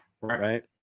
Right